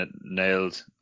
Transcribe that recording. nailed